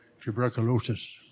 tuberculosis